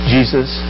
Jesus